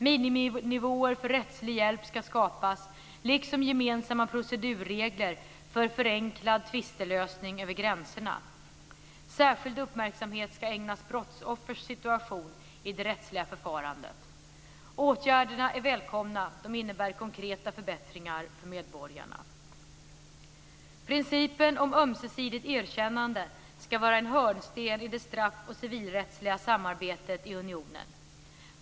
Miniminivåer för rättslig hjälp ska skapas, liksom gemensamma procedurregler för förenklad tvistlösning över gränserna. Särskild uppmärksamhet ska ägnas brottsoffers situation i det rättsliga förfarandet. Åtgärderna är välkomna. De innebär konkreta förbättringar för medborgarna. Principen om ömsesidigt erkännande ska vara en hörnsten i det straff och civilrättsliga samarbetet i unionen.